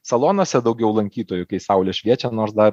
salonuose daugiau lankytojų kai saulė šviečia nors dar